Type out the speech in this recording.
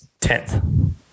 tenth